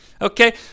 Okay